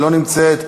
לא נמצאת.